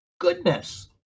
goodness